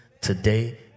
today